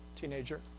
teenager